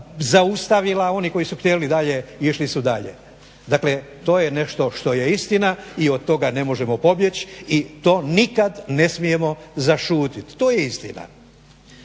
zaustavila, oni koji su htjeli dalje išli su dalje. Dakle, to je nešto što je istina i od toga ne možemo pobjeći. I to nikad ne smijemo zašutjeti. To je istina.